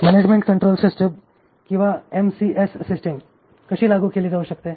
management control system किंवा MCS system कशी लागू केली जाऊ शकते